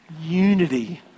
unity